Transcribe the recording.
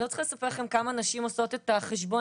אני לא צריכה לספר לכם כמה נשים עושות את החשבון,